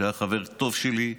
שהיה חבר טוב שלי,